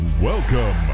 Welcome